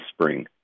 spring